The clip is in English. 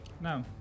No